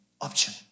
option